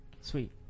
Sweet